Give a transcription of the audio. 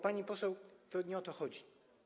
Pani poseł, to nie o to chodzi.